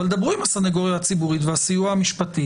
תדברו עם הסנגוריה הציבורית והסיוע המשפטי.